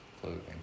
clothing